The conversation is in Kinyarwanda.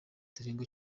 ntarengwa